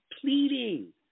pleading